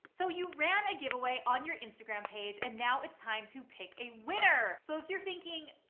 so you ran a giveaway on your instagram page and now it's time to pick a winner. so if you're thinking,